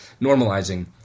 normalizing